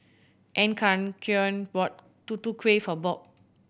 Encarnacion bought Tutu Kueh for Bob